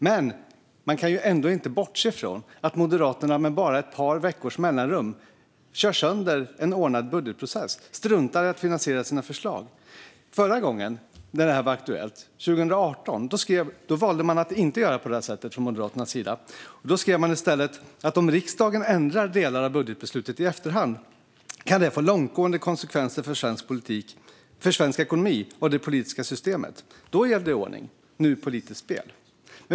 Det går inte att bortse från att Moderaterna med bara ett par veckors mellanrum kör sönder en ordnad budgetprocess och struntar i att finansiera sina förslag. Förra gången detta var aktuellt, 2018, valde Moderaterna att inte göra så. Man skrev i stället: "Om riksdagen ändrar delar av budgetbeslutet i efterhand kan det få långtgående konsekvenser för svensk ekonomi och det politiska systemet." Då gällde ordning men nu politiskt spel.